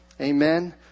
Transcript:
Amen